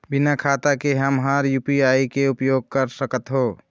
बिना खाता के म हर यू.पी.आई के उपयोग कर सकत हो?